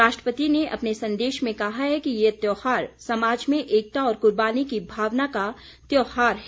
राष्ट्रपति ने अपने संदेश में कहा है कि ये त्योहार समाज में एकता और कुर्बानी की भावना का त्योहार है